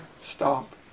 Stop